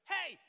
Hey